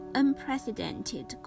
unprecedented